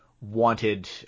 wanted